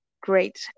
Great